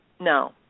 no